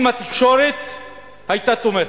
אם רק התקשורת היתה תומכת.